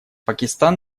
пакистан